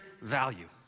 value